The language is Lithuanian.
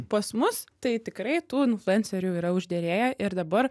pas mus tai tikrai tų influencerių yra užderėję ir dabar